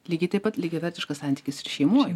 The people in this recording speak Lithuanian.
lygiai taip pat lygiavertiškas santykis ir šeimoj